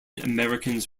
americans